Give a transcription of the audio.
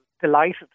delighted